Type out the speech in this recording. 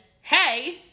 hey